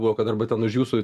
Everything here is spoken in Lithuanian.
buvo kad arba ten už jūsų